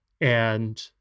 And-